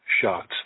shots